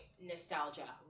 nostalgia